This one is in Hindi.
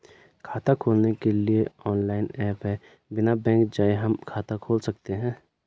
खाता खोलने के लिए कोई ऑनलाइन ऐप है बिना बैंक जाये हम खाता खोल सकते हैं?